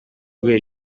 guhera